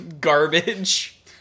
garbage